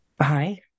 Hi